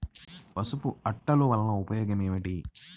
పసుపు అట్టలు వలన ఉపయోగం ఏమిటి?